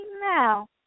now